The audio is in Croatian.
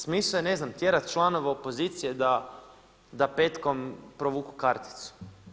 Smisao je ne znam tjerat članove opozicije da petkom provuku karticu.